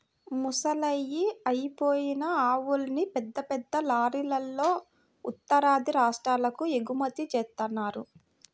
ముసలయ్యి అయిపోయిన ఆవుల్ని పెద్ద పెద్ద లారీలల్లో ఉత్తరాది రాష్ట్రాలకు ఎగుమతి జేత్తన్నారు